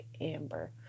amber